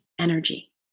energy